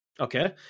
Okay